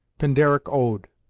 pindaric ode,